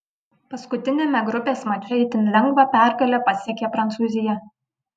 paskutiniame grupės mače itin lengvą pergalę pasiekė prancūzija